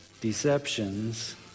deceptions